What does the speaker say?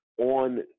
on